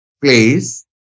place